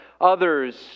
others